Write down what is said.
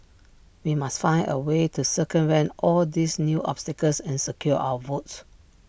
we must find A way to circumvent all these new obstacles and secure our votes